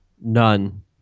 None